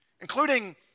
including